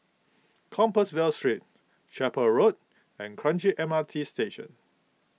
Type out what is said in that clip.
Compassvale Street Chapel Road and Kranji M R T Station